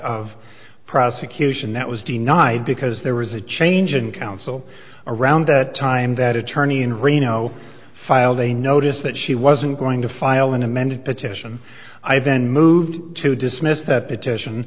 of prosecution that was denied because there was a change in counsel around that time that attorney in reno filed a notice that she wasn't going to file an amended petition i then moved to dismiss that petition